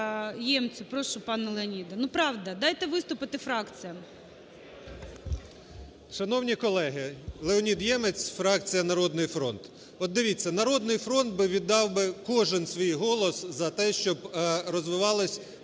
Ємцю. Прошу, пане Леоніде. Ну, правда, дайте виступити фракціям. 17:41:46 ЄМЕЦЬ Л.О. Шановні колеги! Леонід Ємець, фракція "Народний фронт". От дивіться, "Народний фронт" віддав би кожен свій голос за те, щоб розвивалось